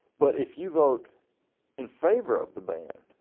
but if you vote in favor of the ban,